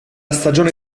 stagione